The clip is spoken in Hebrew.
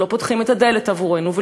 ולא פותחים את הדלת עבורנו,